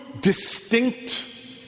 distinct